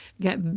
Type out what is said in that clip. get